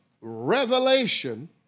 revelation